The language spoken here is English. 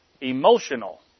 emotional